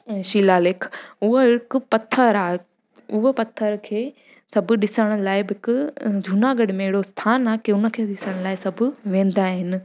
शिलालेख उहो हिकु पथरु आहे उहो पथर खे सभु ॾिसण लाइ बि हिकु जूनागढ़ में अहिड़ो स्थानु आहे कि उनखे ॾिसण लाइ सभु वेंदा आहिनि